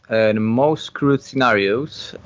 and most truth scenarios,